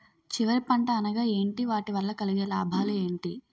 చివరి పంట అనగా ఏంటి వాటి వల్ల కలిగే లాభాలు ఏంటి